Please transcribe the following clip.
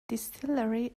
distillery